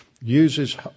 uses